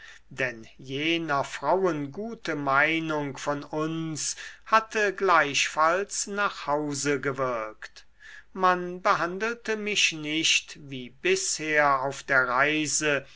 denn jener frauen gute meinung von uns hatte gleichfalls nach hause gewirkt man behandelte mich nicht wie bisher auf der reise